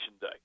Day